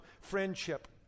friendship